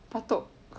batok